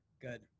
Good